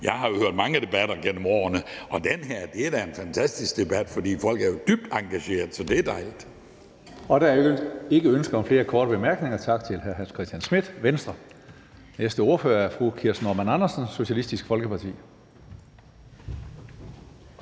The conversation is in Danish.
jeg har jo hørt mange debatter gennem årene, og den her er da en fantastisk debat, for folk er jo dybt engagerede, så det er dejligt. Kl. 16:13 Tredje næstformand (Karsten Hønge): Der er ikke ønsker om flere korte bemærkninger. Tak til hr. Hans Christian Schmidt, Venstre. Næste ordfører er fru Kirsten Normann Andersen, Socialistisk Folkeparti.